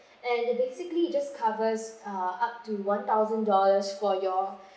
and it basically just covers uh up to one thousand dollars for your